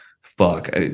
fuck